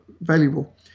valuable